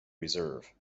reserve